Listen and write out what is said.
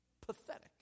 Pathetic